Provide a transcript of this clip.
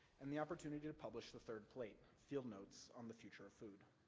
and the opportunity to publish the third plate, field notes on the future of food.